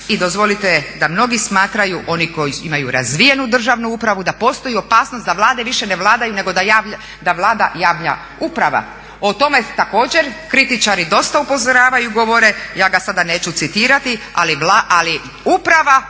I dozvolite da mnogi smatraju oni koji imaju razvijenu državnu upravu da postoji opasnost da vlade više ne vladaju nego da vlada javna uprava. O tome također kritičari dosta upozoravaju i govore, ja ga sada neću citirati ali uprava